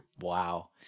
Wow